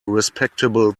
respectable